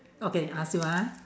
okay I ask you ah